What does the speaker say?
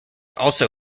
also